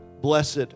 blessed